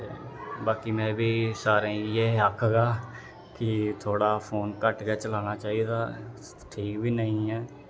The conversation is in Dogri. ते बाकी में बी सारें गी इ'यै आखगा कि थोह्ड़ा फोन घट्ट गै चलाना चाहिदा ठीक बी नेईं ऐ